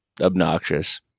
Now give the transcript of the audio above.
obnoxious